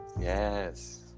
Yes